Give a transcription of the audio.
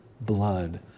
blood